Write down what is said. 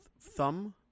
thumb